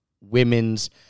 women's